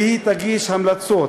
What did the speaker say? והיא תגיש המלצות.